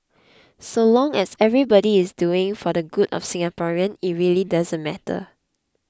so long as everybody is doing for the good of Singaporeans it really doesn't matter